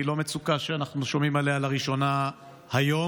לא מצוקה שאנחנו שומעים עליה לראשונה היום,